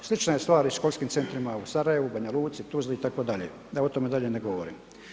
Slična je stvar i sa školskim centrima u Sarajevu, Banja Luci, Tuzli itd. da o tome dalje ne govorim.